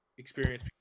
experience